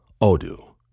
Odoo